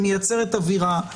שמייצרת אווירה.